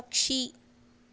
పక్షి